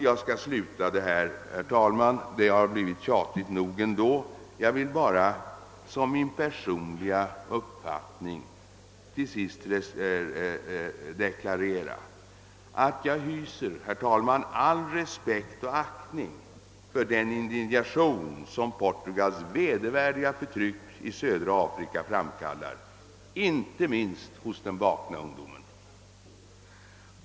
Jag vill, herr talman, som min personliga uppfattning deklarera, att jag hyser all respekt och aktning för den indignation som Portugals vedervärdiga förtryck i södra Afrika framkallar inte minst hos den vakna ungdomen.